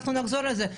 שקשורה בזה,